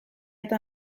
eta